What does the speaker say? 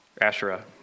Asherah